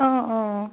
অঁ অঁ